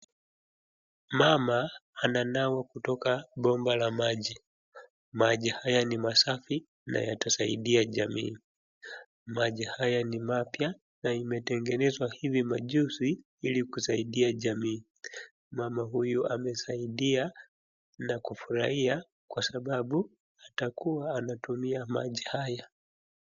Mama ananawa kutoka bomba la maji. Maji haya ni masafi na yatasaidia jamii. Maji haya ni mapya na imetengenezwa hivi majuzi ili kusaidia jamii. Mama huyu amesaidia na kufurahia kwa sababu atakuwa anatumia maji haya.